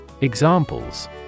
Examples